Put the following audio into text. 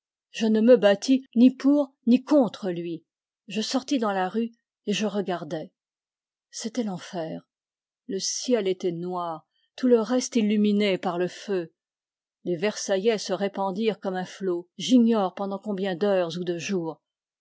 je ne me battis ni pour ni contre lui je sortis dans la rue et je regardai c'était l'enfer le ciel était noir tout le reste illuminé par le feu les versaillais se répandirent comme un flot j'ignore pendant combien d'heures ou de jours